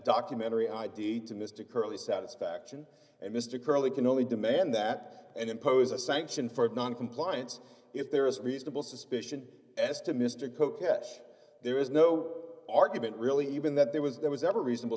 documentary i d to mr curley satisfaction and mr curly can only demand that and impose a sanction for noncompliance if there is reasonable suspicion as to mr coke catch there is no argument really even that there was there was ever reasonable